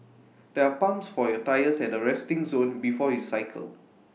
there are pumps for your tyres at the resting zone before you cycle